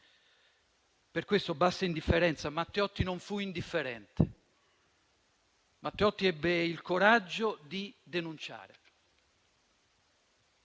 Per questo, basta con l'indifferenza. Matteotti non fu indifferente. Matteotti ebbe il coraggio di denunciare.